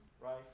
Right